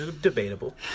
Debatable